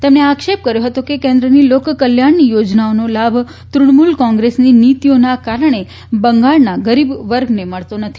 તેમણે આક્ષેપ કર્યો હતો કે કેન્દ્રની લોક કલ્યાણની યોજનાઓનો લાભ ત્રણમૂલ કોંગ્રેસની નીતિઓના કારણે બંગાળના ગરીબ વર્ગને મળતો નથી